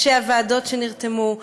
ראשי הוועדות שנרתמו,